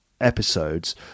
episodes